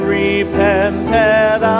repented